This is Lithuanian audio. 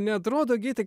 neatrodo gyti